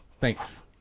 Thanks